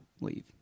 leave